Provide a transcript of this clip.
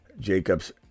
Jacobs